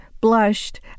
blushed